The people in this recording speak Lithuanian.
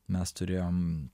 mes turėjom